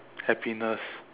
happiness